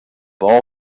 all